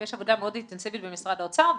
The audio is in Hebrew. יש עבודה מאוד אינטנסיבית במשרד האוצר,